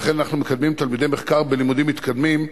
ולכן אנחנו מקדמים תלמידי מחקר בלימודים מתקדמים,